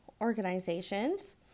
organizations